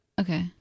Okay